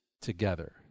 together